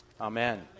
Amen